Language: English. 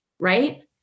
Right